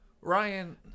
Ryan